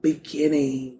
Beginning